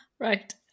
Right